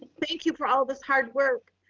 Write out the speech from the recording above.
thank you for all this hard work.